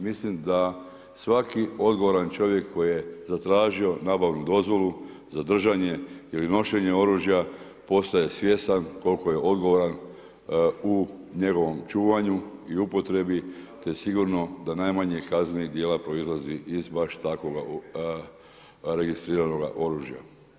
Mislim da svaki odgovoran čovjek koji je zatražio nabavnu dozvolu za držanje ili nošenje oružja postaje svjestan koliko je odgovoran u njegovom čuvanju i upotrebi te sigurno da najmanje kaznenih djela proizlazi iz baš takvoga registriranoga oružja.